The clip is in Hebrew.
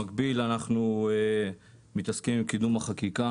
במקביל אנחנו מתעסקים עם קידום החקיקה